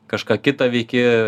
kažką kita veiki